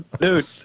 Dude